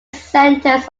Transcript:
centers